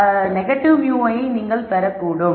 இது நெகட்டிவ் μ பெறக்கூடும்